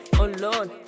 alone